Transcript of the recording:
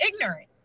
ignorant